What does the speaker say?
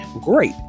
great